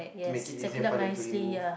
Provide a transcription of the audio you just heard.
to make it easier for them to remove